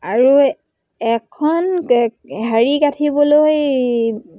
আৰু এখন হেৰি গাঁঠিবলৈ